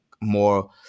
more